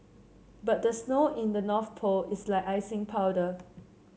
but the snow in the North Pole is like icing powder